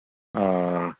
آ